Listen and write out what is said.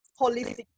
holistic